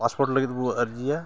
passport ᱞᱟᱹᱜᱤᱫ ᱵᱚ ᱟᱹᱨᱡᱤᱭᱟ